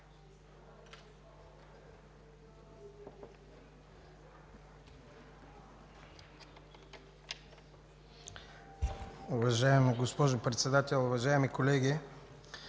Уважаема госпожо Председател, уважаеми колеги!